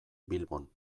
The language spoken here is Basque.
bilbon